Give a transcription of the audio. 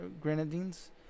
Grenadines